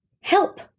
help